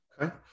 Okay